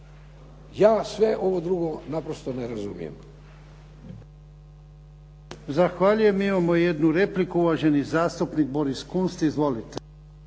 Ja sve ovo drugo naprosto ne razumijem.